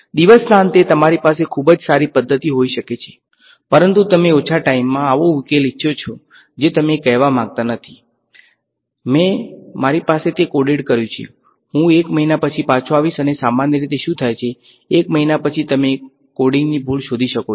દિવસના અંતે તમારી પાસે ખૂબ જ સારી પદ્ધતિ હોઈ શકે છે પરંતુ તમે ઓછા ટાઈમમાં આવો ઉકેલ ઇચ્છો છો જે તમે કહેવા માંગતા નથી મેં મારી પાસે તે કોડેડ કર્યું છે હું એક મહિના પછી પાછો આવીશ અને સામાન્ય રીતે શું થાય છે 1 મહિના પછી તમે કોડિંગની ભૂલ શોધી શકો છો